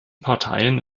parteien